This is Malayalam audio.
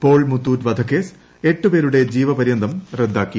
പോൾ മുത്തൂറ്റ് വധക്കേസ് എട്ട് പേരുടെ ജീവപരൃന്തം റദ്ദാക്കി